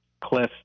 Cliff